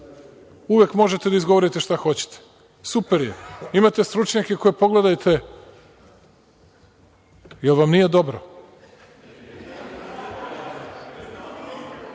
Uvek možete da izgovorite šta hoćete. Super je, imate stručnjake koje pogledajte. Jel vam nije dobro?